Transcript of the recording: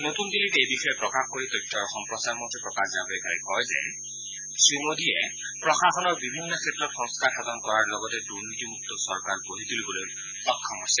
নতুন দিল্লীত এই বিষয়ে প্ৰকাশ কৰি তথ্য আৰু সম্প্ৰচাৰ মন্ত্ৰী প্ৰকাশ জাৱডেকাৰে কৈছে যে শ্ৰীমোদীয়ে প্ৰশাসনৰ বিভিন্ন ক্ষেত্ৰত সংস্থাৰ সাধন কৰাৰ লগতে দুৰ্নীতিমক্ত চৰকাৰ গঢ়ি তলিবলৈ সক্ষম হৈছে